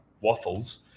Waffles